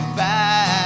back